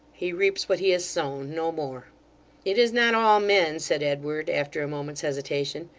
he reaps what he has sown no more it is not all men said edward, after a moment's hesitation,